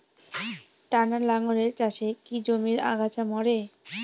টানা লাঙ্গলের চাষে কি জমির আগাছা মরে?